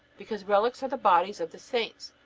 because relics are the bodies of the saints,